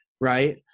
Right